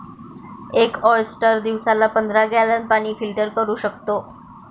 एक ऑयस्टर दिवसाला पंधरा गॅलन पाणी फिल्टर करू शकतो